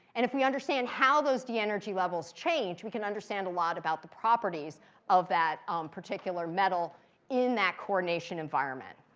and if we understand how those de-energy levels change, we can understand a lot about the properties of that particular metal in that coordination environment.